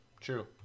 true